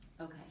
Okay